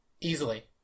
easily